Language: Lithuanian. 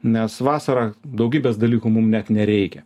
nes vasarą daugybės dalykų mum net nereikia